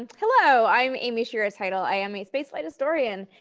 and hello. i'm amy shira teitel. i am a spaceflight historian,